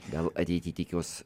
gal ateityj tikiuos